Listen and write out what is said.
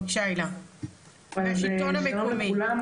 בבקשה הילה מהשלטון המקומי.